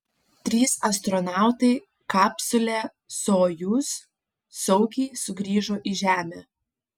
trys astronautai kapsule sojuz saugiai sugrįžo į žemę